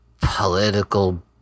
political